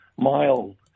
mild